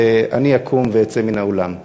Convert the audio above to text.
אני אקום ואצא מן האולם.